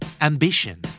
Ambition